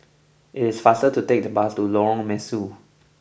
it is faster to take the bus to Lorong Mesu